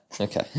okay